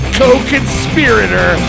co-conspirator